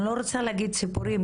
אני לא רוצה להגיד "סיפורים",